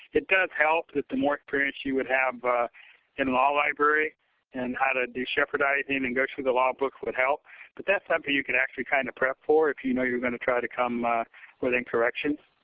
it does help that the more experience you would have in law library and how to do shepardizing and and go through the law books would help but that's something you could actually kind of prep for if you know you're going to try to come ah within corrections.